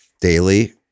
daily